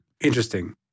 Interesting